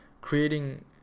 creating